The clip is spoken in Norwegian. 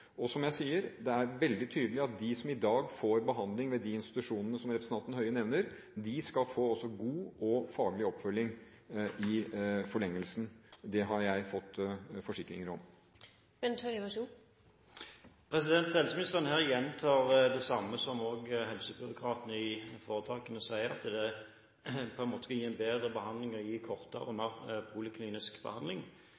Som jeg sier: Det er veldig tydelig at de som i dag får behandling ved de institusjonene som representanten Høie nevner, skal få god og faglig oppfølging i forlengelsen, det har jeg fått forsikringer om. Helseministeren gjentar her det samme som helsebyråkratene i foretakene sier, at man på en måte skal gi en bedre behandling ved å gi kortere og